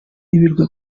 ibirwa